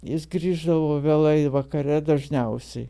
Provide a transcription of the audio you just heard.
jis grįždavo vėlai vakare dažniausiai